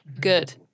Good